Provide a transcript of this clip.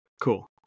cool